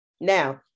Now